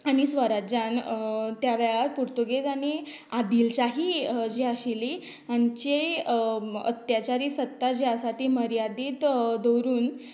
आनी स्वराज्यान त्या वेळार पुर्तुगेजानीं आदिलशाही जी आशिल्ली हांची अत्याच्यारी सत्ता जी आसा ती मर्यादीत दोवरून